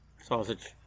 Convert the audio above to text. Sausage